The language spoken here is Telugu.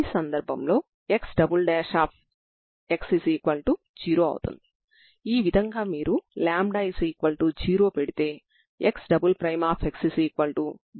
ఇది 0 XL లో ఉంటుంది మరియు మీరు X00 XL0 ని కలిగి ఉంటారు